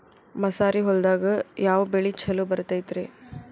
ಮಸಾರಿ ಹೊಲದಾಗ ಯಾವ ಬೆಳಿ ಛಲೋ ಬರತೈತ್ರೇ?